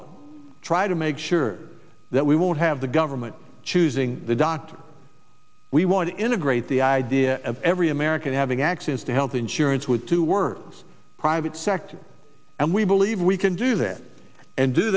them try to make sure that we won't have the government choosing the doctor we want to integrate the idea of every american having access to health insurance with two words private sector and we believe we can do that and do